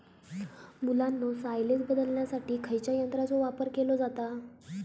मुलांनो सायलेज बदलण्यासाठी खयच्या यंत्राचो वापर केलो जाता?